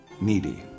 needy